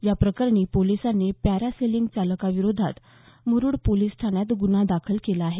या प्रकरणी पोलिसांनी पॅरा सेलिंग चालका विरोधात मुरुड पोलीस ठाण्यात गुन्हा दाखल केला आहे